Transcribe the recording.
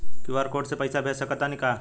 QR code से पईसा भेज सक तानी का?